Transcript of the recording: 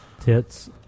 Tits